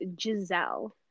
Giselle